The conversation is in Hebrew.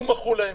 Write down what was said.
ומחול להם.